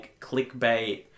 clickbait